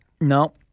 No